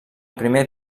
primer